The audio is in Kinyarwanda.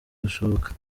gashoboka